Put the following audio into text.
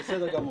זה בסדר גמור.